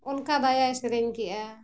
ᱚᱱᱠᱟ ᱫᱟᱭᱟᱭ ᱥᱮᱨᱮᱧ ᱠᱮᱜᱼᱟ